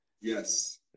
Yes